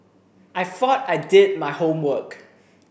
I thought I did my homework